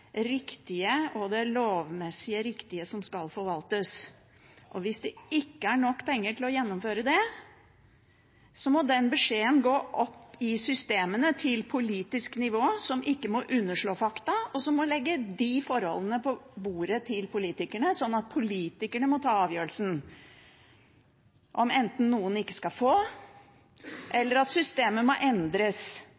riktige og lovmessig riktige som skal forvaltes. Og hvis det ikke er nok penger til å gjennomføre det, må den beskjeden gå opp i systemet til politisk nivå. Man må ikke underslå fakta, men legge forholdet på bordet til politikerne. Så må politikerne ta avgjørelsen om enten at noen ikke skal få,